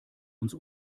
uns